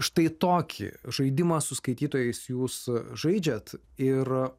štai tokį žaidimą su skaitytojais jūs žaidžiat ir